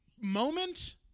moment